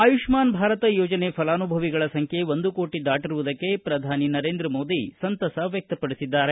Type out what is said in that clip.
ಆಯುಷ್ಮಾನ್ ಭಾರತ್ ಯೋಜನೆ ಫಲಾನುಭವಿಗಳ ಸಂಖ್ಯೆ ಒಂದು ಕೋಟಿ ದಾಟಿರುವುದಕ್ಕೆ ಪ್ರಧಾನಿ ನರೇಂದ್ರ ಮೋದಿ ಸಂತಸ ವ್ಯಕ್ತಪಡಿಸಿದ್ದಾರೆ